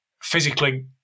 physically